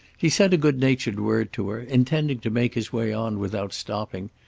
he said a good-natured word to her, intending to make his way on without stopping,